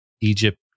Egypt